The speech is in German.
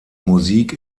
musik